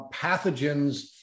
pathogens